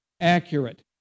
accurate